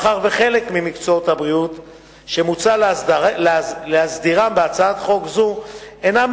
מאחר שחלק ממקצועות הבריאות שמוצע להסדירם בהצעת חוק זו אינם